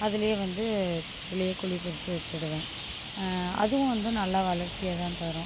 அதிலே வந்து தரையிலே குழி பறித்து வச்சுடுவேன் அதுவும் வந்து நல்லா வளர்ச்சியை தான் தரும்